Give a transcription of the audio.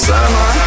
Summer